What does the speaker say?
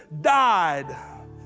died